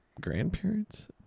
grandparents